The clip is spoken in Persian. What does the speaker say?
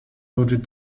وجود